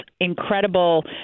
incredible